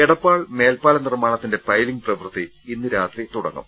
എടപ്പാൾ മേൽപ്പാല നിർമാണത്തിന്റെ പൈലിങ് പ്രവൃത്തി ഇന്നുരാത്രി തുടങ്ങും